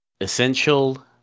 essential